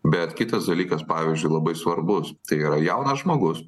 bet kitas dalykas pavyzdžiui labai svarbus tai yra jaunas žmogus